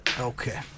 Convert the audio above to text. okay